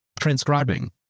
Transcribing